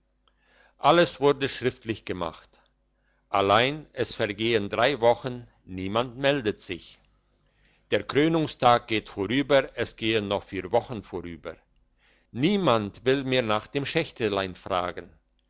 alles wurde schriftlich gemacht allein es vergehen drei wochen niemand meldet sich der krönungstag geht vorüber es gehen noch vier wochen vorüber niemand will mehr nach dem schächtelein fragen